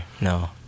No